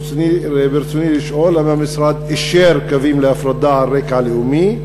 רצוני לשאול: 1. האם המשרד אישר קווים להפרדה על רקע לאומי?